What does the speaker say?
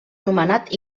anomenat